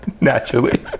Naturally